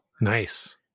Nice